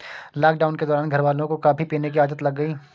lockdown के दौरान घरवालों को कॉफी पीने की आदत लग गई